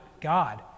God